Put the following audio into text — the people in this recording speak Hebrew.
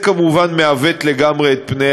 במסדרונות האגפים ומאוורר אישי בכל תא.